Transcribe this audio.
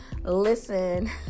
listen